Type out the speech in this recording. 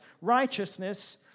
righteousness